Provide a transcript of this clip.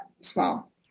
small